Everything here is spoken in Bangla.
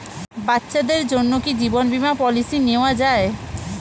বাচ্চাদের জন্য কি জীবন বীমা পলিসি নেওয়া যায়?